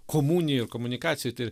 komunijoj ir komunikacijoj tai ir